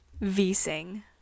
V-Sing